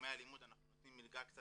בתחומי הלימוד אנחנו נותנים מלגה יותר